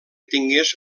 tingués